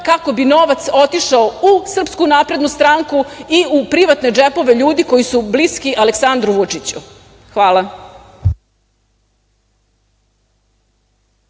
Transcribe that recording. kako bi novac otišao u Srpsku naprednu stranku i u privatne džepove ljudi koji su bliski Aleksandru Vučiću? Hvala.